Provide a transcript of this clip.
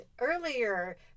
earlier